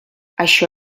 això